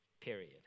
period